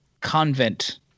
convent